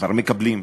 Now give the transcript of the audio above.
כבר מקבלים,